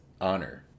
honor